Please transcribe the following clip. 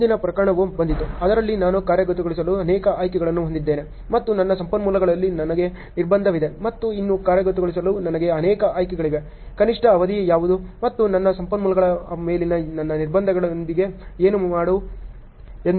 ಮುಂದಿನ ಪ್ರಕರಣವು ಬಂದಿತು ಅದರಲ್ಲಿ ನಾನು ಕಾರ್ಯಗತಗೊಳಿಸಲು ಅನೇಕ ಆಯ್ಕೆಗಳನ್ನು ಹೊಂದಿದ್ದೇನೆ ಮತ್ತು ನನ್ನ ಸಂಪನ್ಮೂಲಗಳಲ್ಲಿ ನನಗೆ ನಿರ್ಬಂಧವಿದೆ ಮತ್ತು ಇನ್ನೂ ಕಾರ್ಯಗತಗೊಳಿಸಲು ನನಗೆ ಅನೇಕ ಆಯ್ಕೆಗಳಿವೆ ಕನಿಷ್ಠ ಅವಧಿ ಯಾವುದು ಮತ್ತು ನನ್ನ ಸಂಪನ್ಮೂಲಗಳ ಮೇಲಿನ ನನ್ನ ನಿರ್ಬಂಧಗಳೊಂದಿಗೆ ಏನು ಎಂದು ನೋಡಲು ನೀವು ಆಯ್ಕೆಗಳನ್ನು ನೋಡಬಹುದು